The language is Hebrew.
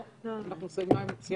לא, אנחנו סיימנו את ההקראה.